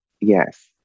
Yes